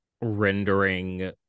rendering